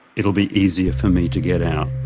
it'll be easier for me to get out.